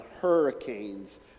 hurricanes